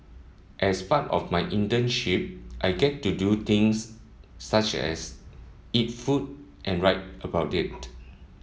as part of my internship I get to do things such as eat food and write about it